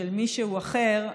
מישהו אחר,